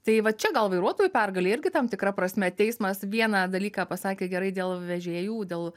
tai va čia gal vairuotojų pergalė irgi tam tikra prasme teismas vieną dalyką pasakė gerai dėl vežėjų dėl